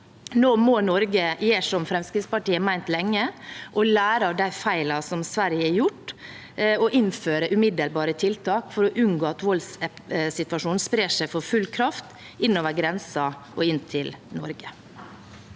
Nå må Norge gjøre som Fremskrittspartiet har ment lenge, lære av de feilene som Sverige har gjort, og innføre umiddelbare tiltak for å unngå at voldssituasjonen sprer seg med full kraft over grensen og inn til Norge.